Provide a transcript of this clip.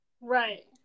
Right